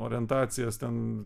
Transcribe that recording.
orientacijas ten